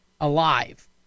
alive